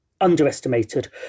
underestimated